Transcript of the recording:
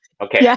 Okay